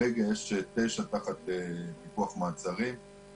כרגע יש תשע תחת צו פיקוח מעצרים.